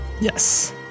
yes